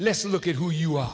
let's look at who you are